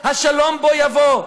השלום בוא יבוא.